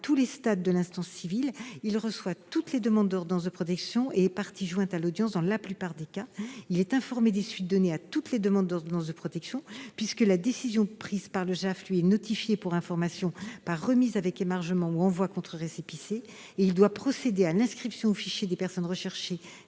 à tous les stades de l'instance civile. Il reçoit toutes les demandes d'ordonnance de protection et est partie jointe à l'audience dans la plupart des cas. Enfin, il est informé des suites données à toutes les demandes d'ordonnance de protection, puisque la décision prise par le juge aux affaires familiales lui est notifiée pour information par remise avec émargement ou envoi contre récépissé. Il doit procéder à l'inscription au fichier des personnes recherchées,